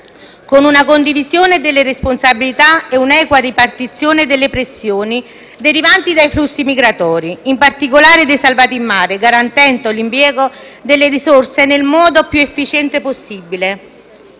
con una condivisione delle responsabilità e un'equa ripartizione delle pressioni derivanti dai flussi migratori, in particolare dei salvati in mare, garantendo l'impiego delle risorse nel modo più efficiente possibile